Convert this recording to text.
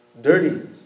dirty